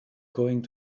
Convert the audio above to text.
going